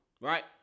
Right